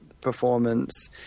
performance